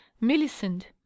millicent